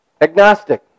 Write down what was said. agnostic